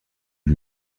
lui